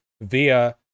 via